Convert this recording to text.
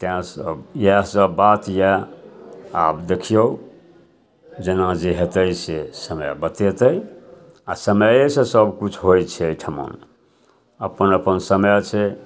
तेँ सब इएहसब बात यऽ आब देखिऔ जेना जे हेतै से समय बतेतै आओर समैएसँ सबकिछु होइ छै एहिठाम अपन अपन समय छै